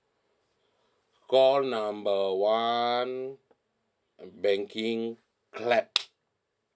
call number one banking clap